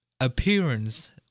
appearance